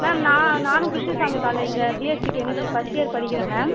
ma'am நான் நானும் கிருஷ்ணசாமி காலேஜில் பிஎஸ்சி கெமிஸ்ட்ரி ஃபஸ்ட் இயர் படிக்கிறேன் மேம்